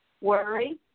Worry